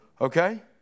Okay